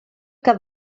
que